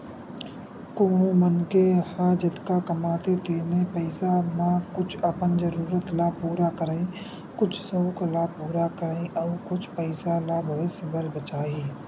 कोनो मनखे ह जतका कमाथे तेने पइसा म कुछ अपन जरूरत ल पूरा करही, कुछ सउक ल पूरा करही अउ कुछ पइसा ल भविस्य बर बचाही